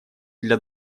для